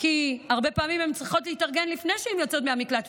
כי הרבה פעמים הן צריכות להתארגן לפני שהן יוצאות מהמקלט,